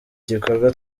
gikorwa